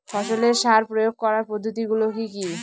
ফসলের সার প্রয়োগ করার পদ্ধতি গুলো কি কি?